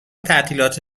تعطیلات